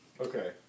Okay